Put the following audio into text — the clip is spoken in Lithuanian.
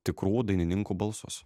tikrų dainininkų balsus